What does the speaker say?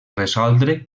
resoldre